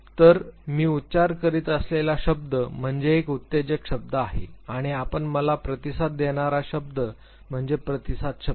तर मी उच्चार करीत असलेला शब्द म्हणजे एक उत्तेजक शब्द आहे आणि आपण मला प्रतिसाद देणारा शब्द म्हणजे प्रतिसाद शब्द